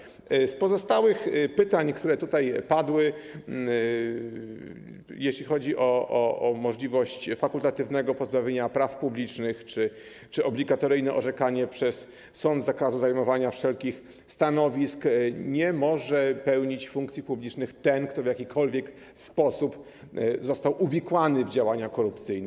W odniesieniu do pozostałych pytań, które tutaj padły, jeśli chodzi o możliwość fakultatywnego pozbawienia praw publicznych czy obligatoryjne orzekanie przez sąd zakazu zajmowania wszelkich stanowisk, to nie może pełnić funkcji publicznych ten, kto w jakikolwiek sposób został uwikłany w działania korupcyjne.